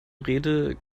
rede